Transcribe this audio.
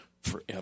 forever